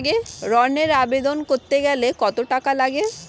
ঋণের আবেদন করতে গেলে কত টাকা লাগে?